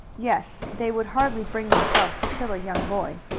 yes, they would hardly bring themselves to kill a young boy.